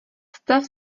stav